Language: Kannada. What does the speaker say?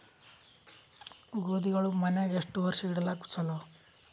ಗೋಧಿಗಳು ಮನ್ಯಾಗ ಎಷ್ಟು ವರ್ಷ ಇಡಲಾಕ ಚಲೋ?